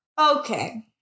Okay